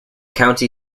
county